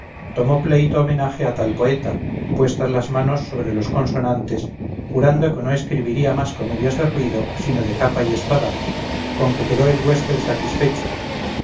tomó pleito homenaje al tal poeta puestas las manos sobre los consonantes jurando que no escribiría más comedias de ruido sino de capa y espada con que quedó el güésped satisfecho